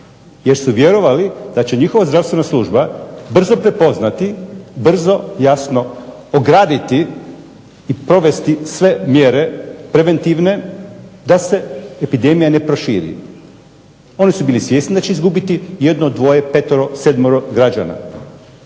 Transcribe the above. jer su vjerovali da će njihova zdravstvena služba brzo prepoznati, brzo jasno ograditi i provesti sve mjere preventivne da se epidemija ne proširi. Oni su bili svjesni da će izgubiti 1, 2, 5, 7 građana,